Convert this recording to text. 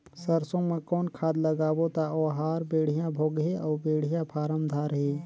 सरसो मा कौन खाद लगाबो ता ओहार बेडिया भोगही अउ बेडिया फारम धारही?